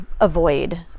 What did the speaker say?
avoid